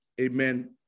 amen